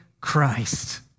Christ